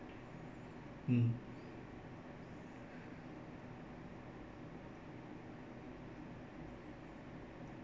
um